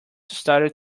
started